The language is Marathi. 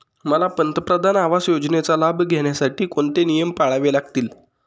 मला पंतप्रधान आवास योजनेचा लाभ घेण्यासाठी कोणते नियम पाळावे लागतील?